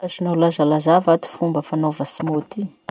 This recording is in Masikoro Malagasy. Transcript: Azonao lazalaza va ty fomba fanaova smoothie?